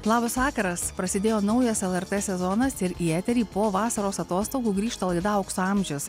labas vakaras prasidėjo naujas lrt sezonas ir į eterį po vasaros atostogų grįžta laida aukso amžius